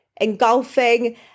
engulfing